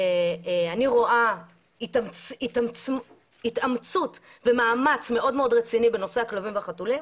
אני רואה מאמץ מאוד מאוד רציני בנושא הכלבים והחתולים,